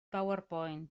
powerpoint